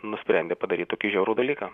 nusprendė padaryt tokį žiaurų dalyką